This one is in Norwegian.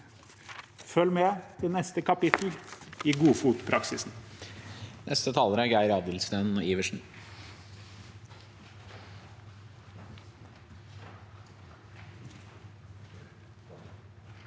Følg med i neste kapittel av godfotpraksisen.